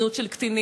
זנות של קטינים,